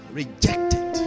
rejected